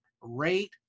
rate